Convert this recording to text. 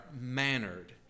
mannered